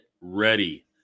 ready